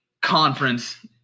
conference